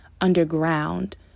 underground